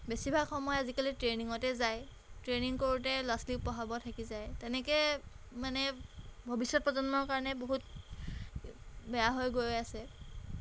বেছিভাগ সময় আজিকালি ট্ৰেইনিঙতে যায় ট্ৰেইনিং কৰোঁতে বেছিভাগ ল'ৰা ছোৱালীক পঢ়াব থাকি যায় তেনেকৈ মানে ভৱিষ্য়ৎ প্ৰজন্মৰ কাৰণে বহুত বেয়া হৈ গৈ আছে